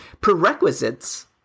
prerequisites